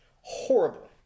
Horrible